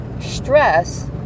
stress